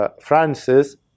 Francis